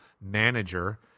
Manager